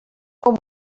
com